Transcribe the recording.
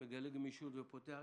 מגלה גמישות ופותח.